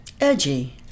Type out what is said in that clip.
Edgy